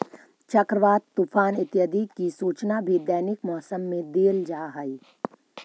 चक्रवात, तूफान इत्यादि की सूचना भी दैनिक मौसम में देल जा हई